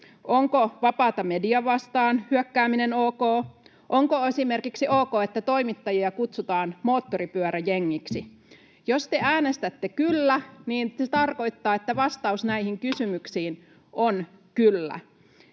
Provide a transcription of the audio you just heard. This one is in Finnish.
Onko vapaata mediaa vastaan hyökkääminen ok? Onko esimerkiksi ok, että toimittajia kutsutaan moottoripyöräjengiksi? Jos te äänestätte ”kyllä”, niin se tarkoittaa, että vastaus näihin kysymyksiin [Puhemies